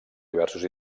diversos